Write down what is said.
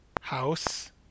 House